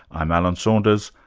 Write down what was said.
i'm alan saunders,